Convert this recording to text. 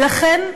לכן,